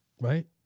Right